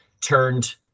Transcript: turned